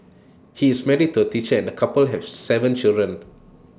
he is married to A teacher and the couple have Seven children